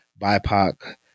BIPOC